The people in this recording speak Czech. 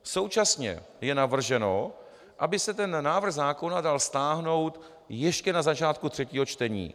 Současně je navrženo, aby se návrh zákona dal stáhnout ještě na začátku třetího čtení.